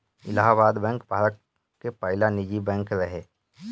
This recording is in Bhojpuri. इलाहाबाद बैंक भारत के पहिला निजी बैंक रहे